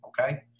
okay